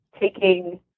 taking